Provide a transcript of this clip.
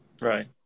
right